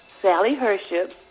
sally herships.